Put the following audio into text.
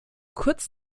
kurz